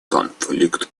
конфликт